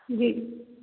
ਜੀ